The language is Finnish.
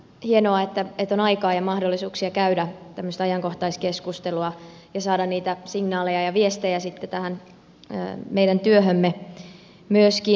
hienoa että on aikaa ja mahdollisuuksia käydä tämmöistä ajankohtaiskeskustelua ja saada niitä signaaleja ja viestejä sitten tähän meidän työhömme myöskin